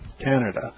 Canada